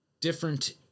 different